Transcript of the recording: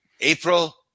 April